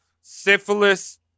Syphilis